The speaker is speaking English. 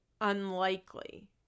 unlikely